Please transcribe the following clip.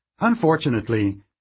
Unfortunately